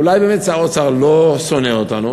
אולי באמת שר האוצר לא שונא אותנו.